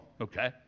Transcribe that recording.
okay